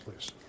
please